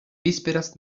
vísperas